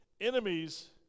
enemies